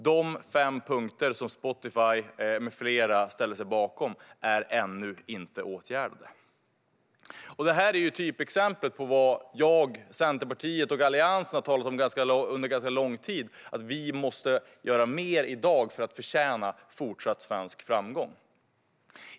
De fem punkter som Spotify med flera ställde sig bakom är ännu inte åtgärdade. Det är typexemplet på vad jag, Centerpartiet och Alliansen har talat om under ganska lång tid. Vi måste göra mer i dag för att förtjäna fortsatt svensk framgång.